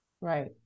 Right